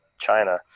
China